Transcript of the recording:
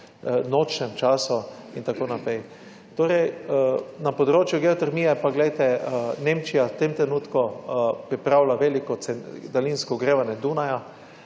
nočnem času in tako naprej. Torej, na področju geotermije pa, glejte, Nemčija v tem trenutku pripravlja veliko daljinsko ogrevanje Dunaja,